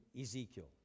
Ezekiel